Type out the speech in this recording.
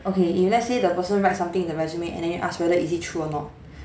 okay if let's say the person write something in the resume and then you ask whether is it true or not